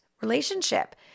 relationship